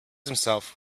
himself